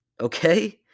okay